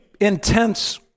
intense